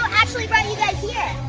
actually brought you guys here.